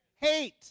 Hate